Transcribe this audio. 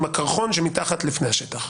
עם הקרחון שמתחת לפני השטח.